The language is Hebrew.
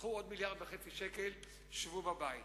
קחו עוד 1.5 מיליארד שקל ושבו בבית.